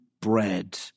bread